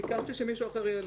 ביקשנו שמישהו אחר יעלה.